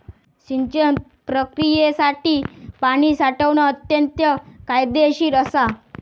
सिंचन प्रक्रियेसाठी पाणी साठवण अत्यंत फायदेशीर असा